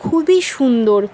খুবই সুন্দর